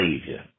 Savior